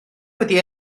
wedi